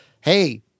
Hey